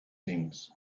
things